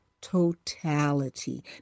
totality